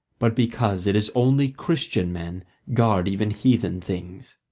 but because it is only christian men guard even heathen things.